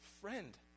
friend